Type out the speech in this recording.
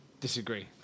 Disagree